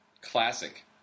classic